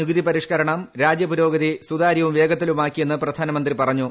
നികുതി പരിഷ്ക്കരണം രാജ്യപുരോഗതി സുതാര്യവും വേഗത്തിലു്മാക്കിയെന്ന് പ്രധാനമന്ത്രി പറഞ്ഞു